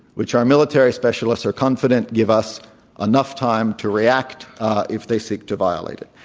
which our military specialists are confident give us enough time to react if they seek to violate it.